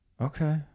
Okay